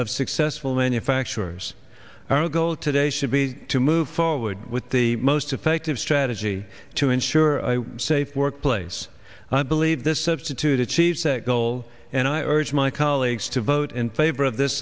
of successful manufacturers our goal today should be to move forward with the most effective strategy to ensure safe workplace i believe this substitute achieves that goal and i urge my colleagues to vote in favor of this